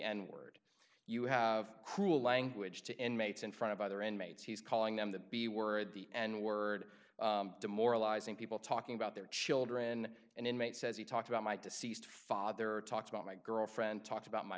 n word you have cruel language to inmates in front of other inmates he's calling them the b word the and word demoralizing people talking about their children and inmates says he talked about mike to ceased father talked about my girlfriend talked about my